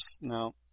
No